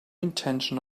intention